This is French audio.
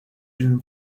une